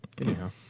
Anyhow